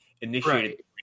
initiated